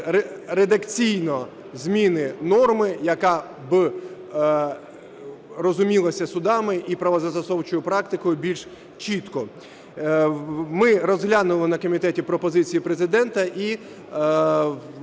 редакційно зміни норми, яка б розумілася судами і правозастосовчою практикою більш чітко. Ми розглянули на комітеті пропозиції Президента і